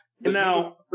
now